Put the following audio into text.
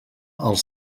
els